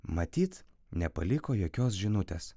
matyt nepaliko jokios žinutės